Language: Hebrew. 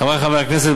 חברי חברי הכנסת,